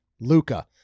Luca